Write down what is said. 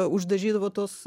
uždarydavo tuos